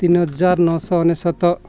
ତିନିହଜାର ନଅଶହ ଅନେଶତ